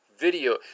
Video